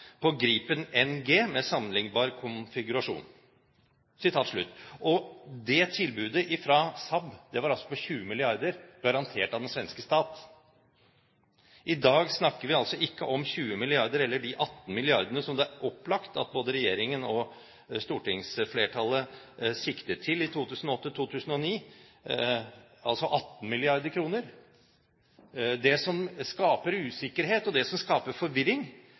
på Gripen NG med sammenlignbar konfigurasjon.» Tilbudet fra SAAB var på 20 mrd. kr, garantert av den svenske stat. I dag snakker vi altså ikke om 20 mrd. kr, eller de 18 mrd. kr som det er opplagt at regjeringen og stortingsflertallet siktet til i 2008–2009 – altså 18 mrd. kr. Det som skaper usikkerhet, og det som skaper forvirring,